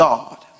God